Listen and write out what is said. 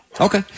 Okay